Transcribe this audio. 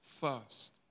first